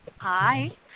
Hi